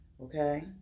okay